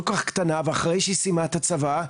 כל כך קטנה ואחרי שהיא סיימה את הצבא,